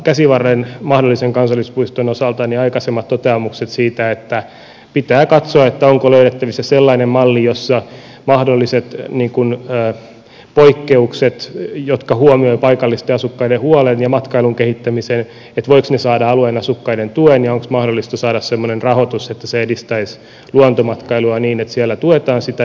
käsivarren mahdollisen kansallispuiston osalta on aikaisemmin todettu että pitää katsoa onko löydettävissä sellainen malli jossa mahdolliset tee niin kuin yö ja poikkeukset huomioivat paikallisten asukkaiden huolen ja matkailun kehittämisen ja voiko se saada alueen asukkaiden tuen ja onko mahdollista saada semmoinen rahoitus että se edistäisi luontomatkailua niin että siellä tuetaan sitä